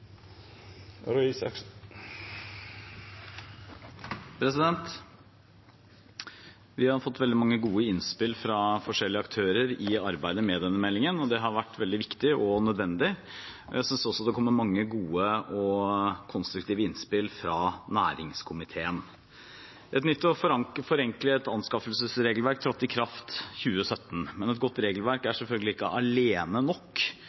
Vi har fått veldig mange gode innspill fra forskjellige aktører i arbeidet med denne meldingen, og det har vært veldig viktig og nødvendig. Jeg synes også det kommer mange gode og konstruktive innspill fra næringskomiteen. Et nytt og forenklet anskaffelsesregelverk trådte i kraft i 2017. Men et godt regelverk er selvfølgelig ikke alene nok